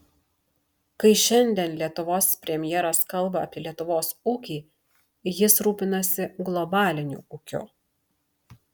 kai šiandien lietuvos premjeras kalba apie lietuvos ūkį jis rūpinasi globaliniu ūkiu